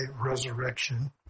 resurrection